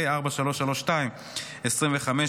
פ/4332/25,